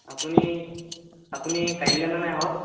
আপুনি আপুনি কাইলৈ মানে আহক